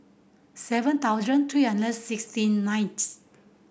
seven thousand three hundred and sixty ninth